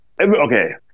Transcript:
okay